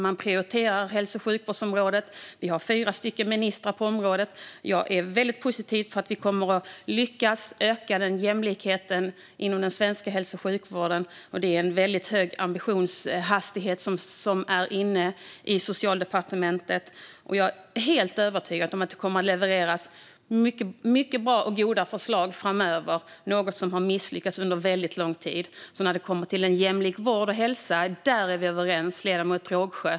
Man prioriterar hälso och sjukvårdsområdet. Vi har fyra ministrar på området. Jag är väldigt positiv om att vi kommer att lyckas öka jämlikheten inom den svenska hälso och sjukvården. Det är en väldigt hög ambitionshastighet i Socialdepartementet, och jag är helt övertygad om att det kommer att levereras många bra och goda förslag framöver - något som har misslyckats under väldigt lång tid. När det kommer till en jämlik vård och hälsa är vi överens, ledamoten Rågsjö.